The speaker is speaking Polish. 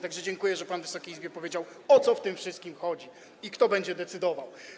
Tak że dziękuję, że pan Wysokiej Izbie powiedział, o co w tym wszystkim chodzi i kto będzie decydował.